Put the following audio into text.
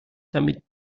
damit